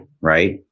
right